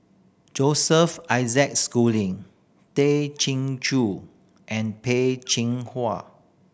Joseph Isaac Schooling Tay Chin Joo and Peh Chin Hua